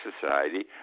society